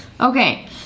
Okay